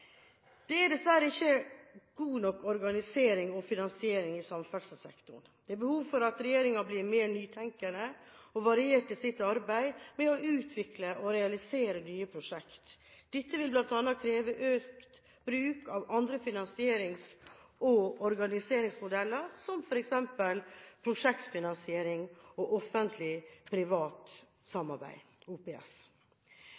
Det er dessverre ikke god nok organisering og finansering i samferdselssektoren. Det er behov for at regjeringen blir mer nytenkende og variert i sitt arbeid med å utvikle og realisere nye prosjekter. Dette vil bl.a. kreve økt bruk av andre finanserings- og organiseringsmodeller, som f.eks. prosjektfinansiering og Offentlig Privat